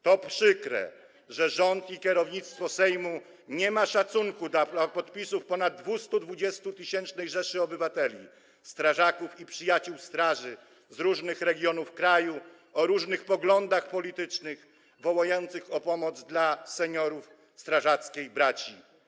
To przykre, że rząd i kierownictwo Sejmu nie mają szacunku dla podpisów ponad 220-tysięcznej rzeszy obywateli, strażaków i przyjaciół straży z różnych regionów kraju, o różnych poglądach politycznych, wołających o pomoc dla seniorów strażackiej braci.